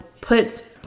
puts